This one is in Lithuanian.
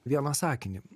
vieną sakinį